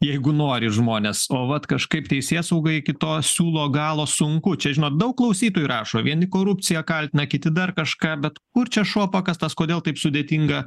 jeigu nori žmonės o vat kažkaip teisėsaugai iki to siūlo galo sunku čia žino daug klausytojų rašo vieni korupcija kaltina kiti dar kažką bet kur čia šuo pakastas kodėl taip sudėtinga